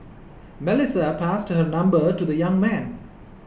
Melissa passed her number to the young man